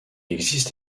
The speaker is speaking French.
existe